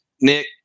Nick